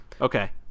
Okay